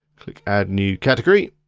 click add new category.